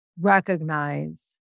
recognize